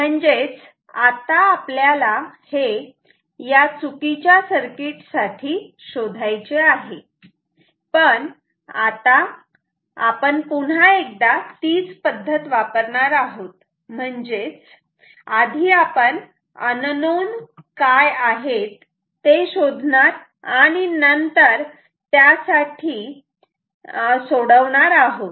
म्हणजेच आता आपल्याला हे या चुकीच्या सर्किट साठी शोधायचे आहे पण आता आपण पुन्हा एकदा तीच पद्धत वापरणार आहोत म्हणजेच आधी आपण अननोन काय आहेत ते शोधनार आणि नंतर त्यासाठी सोडवणार आहोत